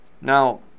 Now